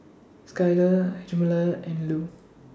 Skylar Hjalmar and Lew